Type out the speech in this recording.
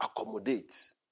accommodate